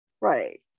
Right